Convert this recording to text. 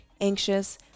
anxious